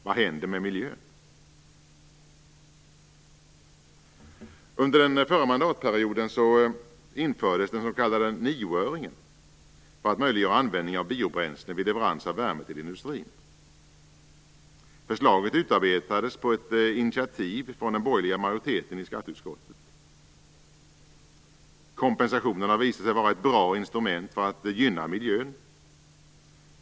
Vad händer med miljön? nioöringen för att möjliggöra användning av biobränslen vid leverans av värme till industrin. Förslaget utarbetades på ett initiativ från den borgerliga majoriteten i skatteutskottet. Kompensationen har visat sig vara ett bra instrument för att gynna miljön.